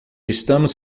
estamos